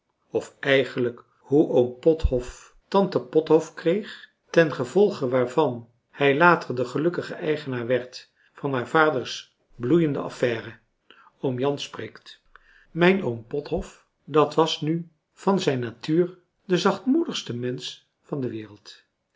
of eigenlijk hoe oom pothof tante pothof kreeg ten gevolge waarvan hij later de gelukkige eigenaar werd van haar vaders bloeiende affaire oom jan spreekt mijn oom pothof dat was nu van zijn natuur de zachtmoedigste mensch van de wereld